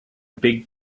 big